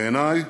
בעיניי,